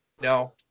No